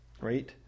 right